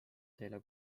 teile